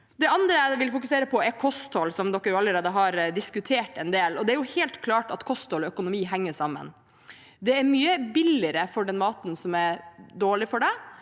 Det andre jeg vil fokusere på, er kosthold, som dere allerede har diskutert en del. Det er helt klart at kosthold og økonomi henger sammen. Det er mye billigere med den maten som er dårlig for en,